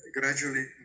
gradually